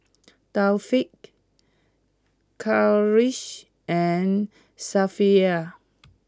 Taufik Khalish and Safiya